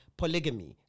polygamy